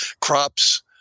crops